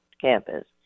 campus